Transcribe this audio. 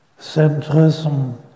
centrism